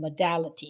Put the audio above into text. modalities